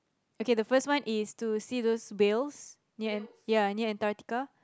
okay the first one is to see those whales ya ya near Antarctica